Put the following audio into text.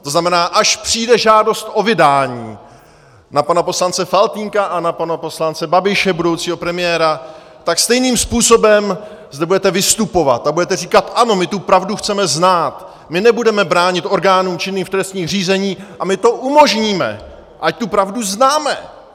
To znamená, až přijde žádost o vydání na pana poslance Faltýnka a na pana poslance Babiše, budoucího premiéra, tak stejným způsobem zde budete vystupovat a budete říkat ano, my tu pravdu chceme znát, my nebudeme bránit orgánům činným v trestním řízení a my to umožníme, ať tu pravdu známe!